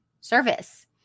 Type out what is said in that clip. service